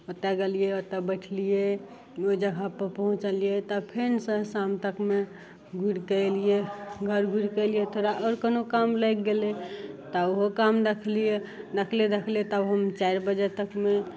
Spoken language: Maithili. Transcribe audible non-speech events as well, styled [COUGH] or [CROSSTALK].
ओतय गेलियै ओतऽ तब बैठलियै ओइ जगहपर पहुँचलियै तब फेनसँ शाम तकमे घुरि कऽ अयलियै घर घुरि कऽ अयलियै थोड़ा आओर कतौ काम लागि गेलै तऽ ओहो काम देखलियै [UNINTELLIGIBLE] दखलियै तब हम चारि बजे तकमे